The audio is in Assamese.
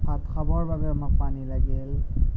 ভাত খাবৰ বাবে আমাক পানী লাগিল